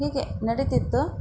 ಹೀಗೆ ನಡೀತಿತ್ತು